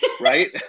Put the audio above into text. right